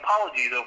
apologies